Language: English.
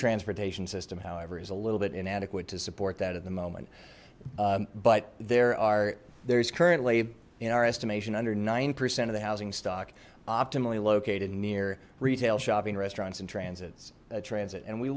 transportation system however is a little bit inadequate to support that at the moment but there are there is currently in our estimation under nine percent of the housing stock optimally located near retail shopping restaurants and transits transit and we